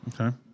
Okay